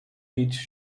beach